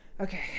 Okay